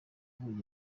ubu